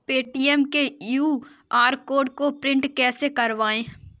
Paytm के QR code को print कैसे करवाएँ?